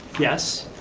yes.